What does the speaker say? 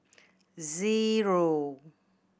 zero